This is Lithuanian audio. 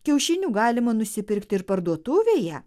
kiaušinių galima nusipirkti ir parduotuvėje